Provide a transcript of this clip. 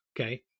okay